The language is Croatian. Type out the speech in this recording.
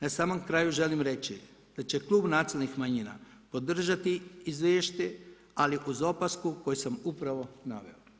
Na samom kraju želim reći da će Klub nacionalnih manjina podržati izvješće ali uz opasku koju sam upravo naveo.